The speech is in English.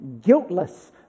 guiltless